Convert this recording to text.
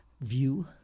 view